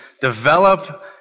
develop